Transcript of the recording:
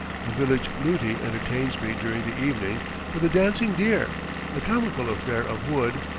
a village luti entertains me during the evening with a dancing deer a comical affair of wood,